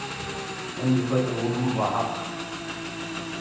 ᱩᱱ ᱡᱚᱠᱷᱚᱱ ᱟᱵᱚ ᱵᱚᱱ ᱵᱟᱦᱟᱜᱼᱟ